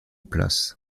place